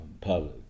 public